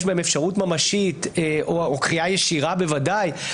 יש בהם אפשרות ממשית או קריאה ישירה בוודאי.